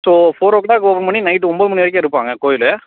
so four o'clock open பண்ணி night ஒம்பது மணி வரைக்கும் இருப்பாங்க கோயில்